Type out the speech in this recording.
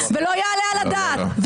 ולא יעלה על הדעת,